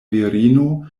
virino